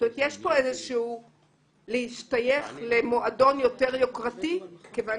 יש פה איזשהו להשתייך למועדון יותר יוקרתי כיוון